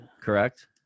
Correct